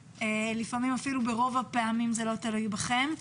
לפעמים אפילו ברוב הפעמים זה לא תלוי בכן,